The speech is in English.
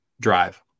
drive